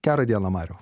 gerą dieną mariau